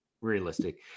realistic